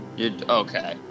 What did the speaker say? okay